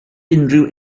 unrhyw